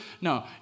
No